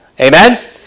Amen